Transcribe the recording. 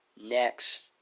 next